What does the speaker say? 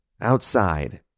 outside